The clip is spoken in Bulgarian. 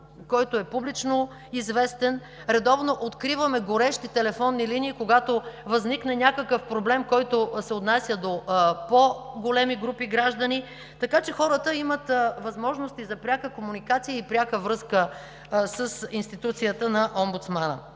който е публично известен. Редовно откриваме горещи телефонни линии, когато възникне някакъв проблем, който се отнася до по-големи групи граждани. Така че хората имат възможности за пряка комуникация и пряка връзка с институцията на Омбудсмана.